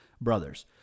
brothers